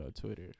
Twitter